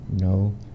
no